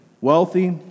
wealthy